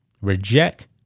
Reject